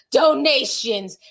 donations